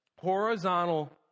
Horizontal